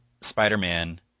Spider-Man